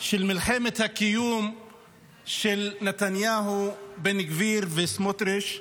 של מלחמת הקיום של נתניהו, בן גביר וסמוטריץ'.